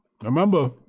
Remember